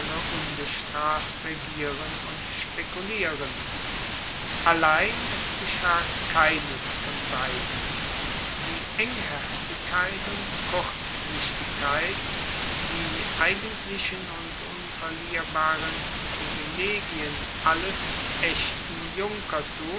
ungestraft regieren und spekulieren allein es geschah keines von beiden die engherzigkeit und kurzsichtigkeit die eigentlichen und unverlierbaren privilegien alles echten